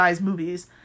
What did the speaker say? movies